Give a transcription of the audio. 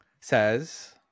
Says